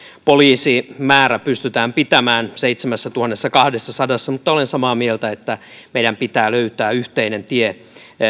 poliisimäärä pystytään pitämään seitsemässätuhannessakahdessasadassa mutta olen samaa mieltä että meidän pitää löytää yhteinen tie